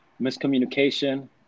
miscommunication